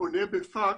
פונה בפקס,